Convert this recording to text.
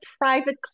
private